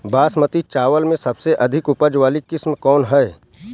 बासमती चावल में सबसे अधिक उपज वाली किस्म कौन है?